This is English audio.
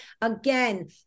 Again